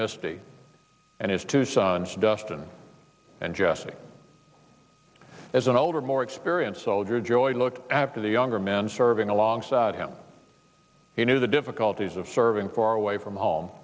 misty and his two sons dustin and jesse as an older more experienced soldier joyce looked after the younger men serving alongside him he knew the difficulties of serving far away from home